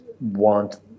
want